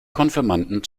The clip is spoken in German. konfirmanden